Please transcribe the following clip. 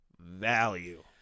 value